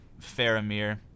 Faramir